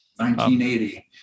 1980